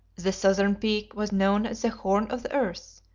the southern peak was known as the horn of the earth,